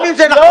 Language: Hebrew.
גם אם זה נכון,